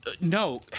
no